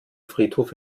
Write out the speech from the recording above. friedhof